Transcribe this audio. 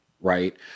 right